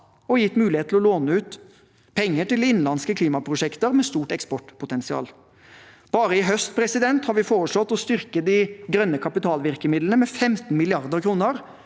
og gitt mulighet til å låne ut penger til innenlandske klimaprosjekter med stort eksportpotensial. Bare i høst har vi foreslått å styrke de grønne kapitalvirkemidlene med 15 mrd. kr.